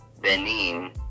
Benin